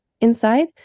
inside